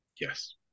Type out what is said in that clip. Yes